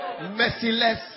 merciless